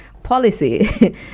policy